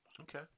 Okay